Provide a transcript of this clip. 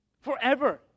Forever